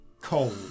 cold